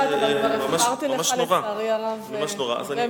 אני יודעת, אבל אפשרתי לך, לצערי הרב, הרבה מעבר.